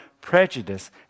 prejudice